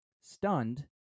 Stunned